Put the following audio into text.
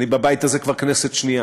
ואני בבית הזה כבר כנסת שנייה.